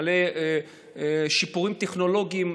מלא שיפורים טכנולוגיים,